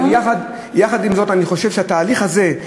אבל יחד עם זה אני חושב שהתהליך הזה,